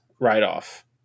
write-off